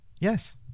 Yes